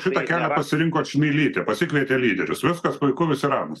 šitą kelią pasirinko čmilytė pasikvietė lyderius viskas puiku visi ramūs